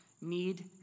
need